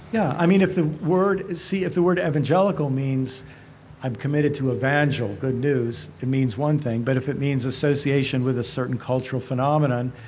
yeah. i mean, if the word see, if the word evangelical means i'm committed to evangel, good news, it means one thing. but if it means association with a certain cultural phenomenon,